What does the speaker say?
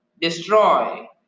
Destroy